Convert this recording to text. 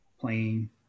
playing